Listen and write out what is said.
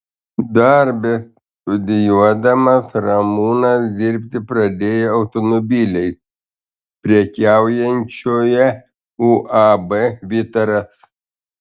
dar bestudijuodamas ramūnas dirbti pradėjo automobiliais prekiaujančioje uab vytaras